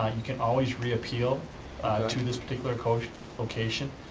you can always re-appeal to this particular location.